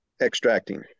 extracting